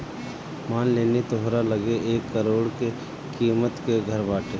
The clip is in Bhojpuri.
मान लेनी तोहरा लगे एक करोड़ के किमत के घर बाटे